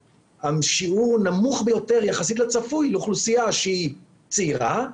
השיעור הוא נמוך ביותר יחסית לצפוי לאוכלוסייה שהיא צעירה,